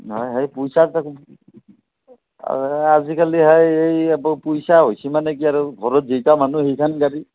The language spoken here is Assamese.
নাই সেই পইচা আজি কালি সেই পইচা হৈছি মানে আৰু ঘৰত যেইটা মানুহ সেইখান গাড়ী